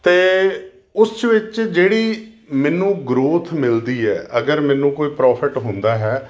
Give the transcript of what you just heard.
ਅਤੇ ਉਸ ਵਿੱਚ ਜਿਹੜੀ ਮੈਨੂੰ ਗਰੋਥ ਮਿਲਦੀ ਹੈ ਅਗਰ ਮੈਨੂੰ ਕੋਈ ਪ੍ਰੋਫਿਟ ਹੁੰਦਾ ਹੈ